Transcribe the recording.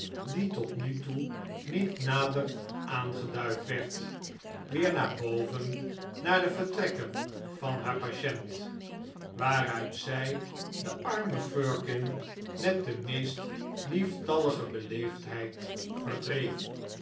die tot nu toe niet nader aangeduid werd weer naar boven naar de vertrekken van haar patient waaruit zij de arme firkin met de meest lieftallige beleefdheid verdreef